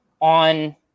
on